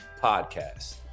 podcast